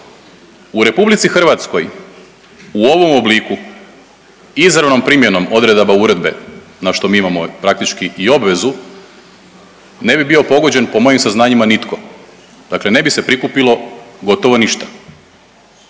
U RH u ovom obliku izravnom primjenom odredaba uredbe na što mi imamo praktički i obvezu ne bi bio pogođen po mojim saznanjima nitko, dakle ne bi se prikupilo gotovo ništa.